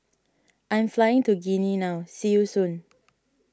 I am flying to Guinea now see you soon